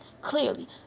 clearly